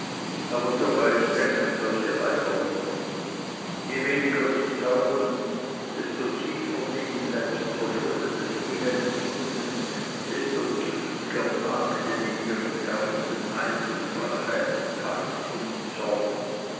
aber so weit denken solche weiber nicht je weniger sie taugen je tiefer sie in selbstverschuldetes elend sinken desto giftiger nagen in ihren herzen neid und rache haß und zorn